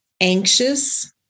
anxious